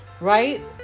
right